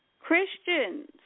Christians